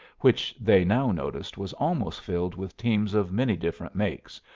which they now noticed was almost filled with teams of many different makes,